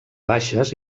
baixes